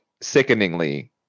sickeningly